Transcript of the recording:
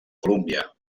colúmbia